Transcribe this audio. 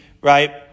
right